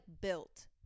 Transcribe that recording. built